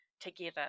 together